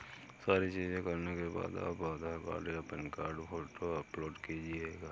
सारी चीजें करने के बाद आप आधार कार्ड या पैन कार्ड फोटो अपलोड कीजिएगा